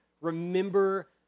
remember